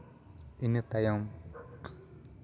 ᱤᱱᱟᱹ ᱛᱟᱭᱚᱢ